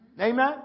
Amen